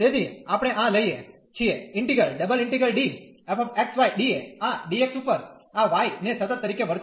તેથી આપણે આ લઈએ છીએ ઈન્ટિગ્રલ આ dx ઉપર આ y ને સતત તરીકે વર્તે છે